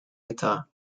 guitar